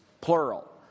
plural